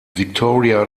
victoria